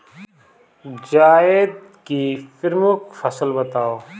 जायद की प्रमुख फसल बताओ